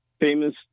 famous